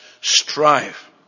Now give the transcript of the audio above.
strive